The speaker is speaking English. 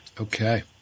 Okay